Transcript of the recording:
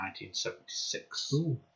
1976